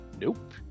Nope